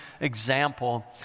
example